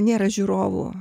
nėra žiūrovų